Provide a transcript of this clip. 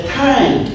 time